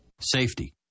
Safety